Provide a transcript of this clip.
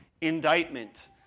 indictment